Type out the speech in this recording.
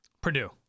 Purdue